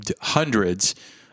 hundreds